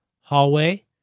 Hallway